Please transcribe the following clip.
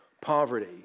poverty